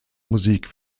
musik